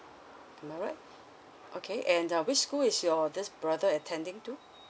am I right okay and uh which school is your this brother attending to